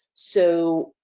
so,